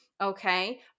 Okay